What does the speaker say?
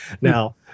Now